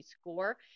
score